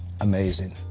amazing